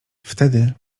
wtedy